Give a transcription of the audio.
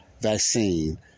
vaccine